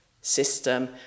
system